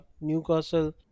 Newcastle